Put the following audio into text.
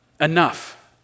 enough